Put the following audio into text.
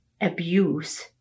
abuse